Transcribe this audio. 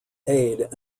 aid